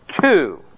two